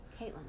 Caitlin